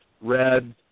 red